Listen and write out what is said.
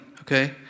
Okay